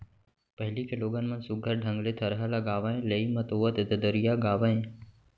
पहिली के लोगन मन सुग्घर ढंग ले थरहा लगावय, लेइ मतोवत ददरिया गावयँ